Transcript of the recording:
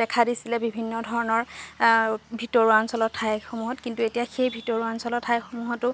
দেখা দিছিলে বিভিন্ন ধৰণৰ ভিতৰুৱা অঞ্চলৰ ঠাই সমূহত কিন্তু এতিয়া সেই ভিতৰুৱা অঞ্চলৰ ঠাই সমূহতো